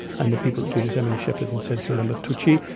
and the people who do this, emily shepard and sergio lambertucci,